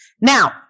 Now